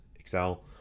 Excel